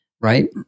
right